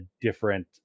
different